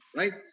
right